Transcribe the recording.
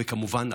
וכמובן,